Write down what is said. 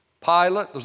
Pilate